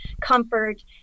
comfort